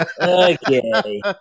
Okay